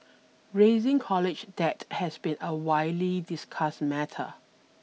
rising college debt has been a widely discussed matter